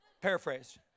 Paraphrase